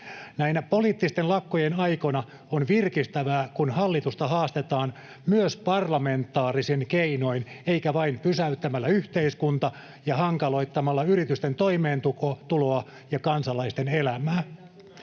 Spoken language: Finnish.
poliittisten lakkojen aikoina on virkistävää, kun hallitusta haastetaan myös parlamentaarisin keinoin eikä vain pysäyttämällä yhteiskunta ja hankaloittamalla yritysten toimeentuloa ja kansalaisten elämää.